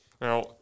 Now